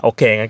Okay